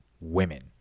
Women